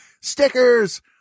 Stickers